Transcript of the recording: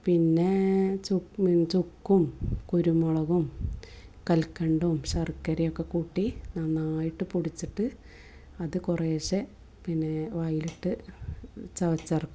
പിന്നെ ചോ ചുക്കും കുരുമുളകും കൽക്കണ്ടവും ശർക്കരയൊക്കെ കൂട്ടി നന്നായിട്ട് പൊടിച്ചിട്ട് അത് കുറേശ്ശെ പിന്നെ വായിൽ ഇട്ട് ചവച്ചിറക്കും